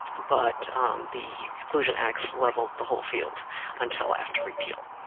but the exclusion acts leveled the whole field until after repeal.